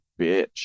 bitch